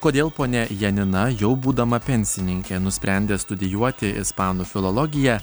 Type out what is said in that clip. kodėl ponia janina jau būdama pensininkė nusprendė studijuoti ispanų filologiją